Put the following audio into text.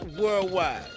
worldwide